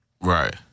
Right